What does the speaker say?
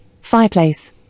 fireplace